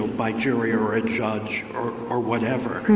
by jury or a judge or whatever.